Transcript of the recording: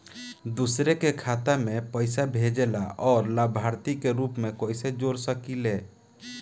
दूसरे के खाता में पइसा भेजेला और लभार्थी के रूप में कइसे जोड़ सकिले?